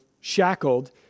shackled